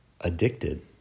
addicted